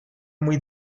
muy